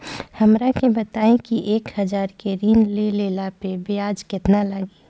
हमरा के बताई कि एक हज़ार के ऋण ले ला पे केतना ब्याज लागी?